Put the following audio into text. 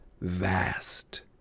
Vast